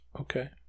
Okay